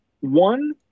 One